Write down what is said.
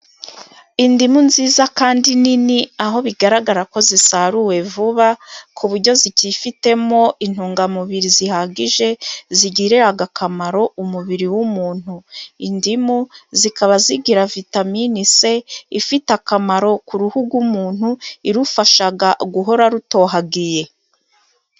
Indimu nziza kandi nini aho bigaragara ko zisaruwe vuba, ku buryo zicyifitemo intungamubiri zihagije. Zigirira akamaro umubiri w'umuntu, indimu zikaba zigira vitaminini C ifite akamaro ku ruhu rw'umuntu. Irufasha guhora rutohagiye.